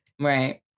Right